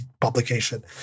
publication